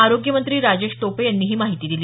आरोग्य मंत्री राजेश टोपे यांनी ही माहिती दिली